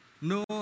No